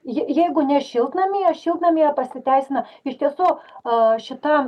ji jeigu ne šiltnamyje šiltnamyje pasiteisina iš tiesų a šita